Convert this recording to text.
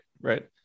right